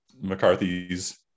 McCarthy's